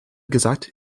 gesagt